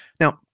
Now